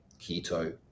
keto